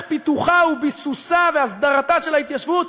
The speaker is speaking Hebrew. פיתוחה וביסוסה והסדרתה של ההתיישבות.